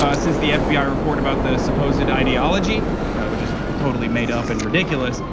ah since the fbi report about the suppose that ideology which is totally made up and ridiculous.